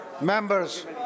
Members